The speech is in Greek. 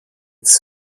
τις